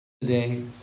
Today